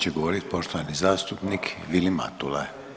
će govoriti poštovani zastupnik Vilim Matula.